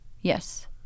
Yes